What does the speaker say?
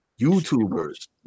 YouTubers